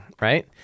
right